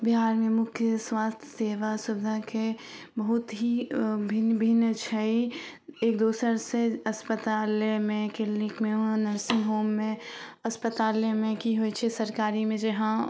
बिहारमे मुख्य स्वास्थ्य सेवा सुविधाके बहुत ही भिन्न भिन्न छै एक दोसरसे अस्पतालेमे क्लीनिकमे वहाँ नर्सिंग होममे अस्पतालेमे कि होइ छै सरकारीमे जे हँ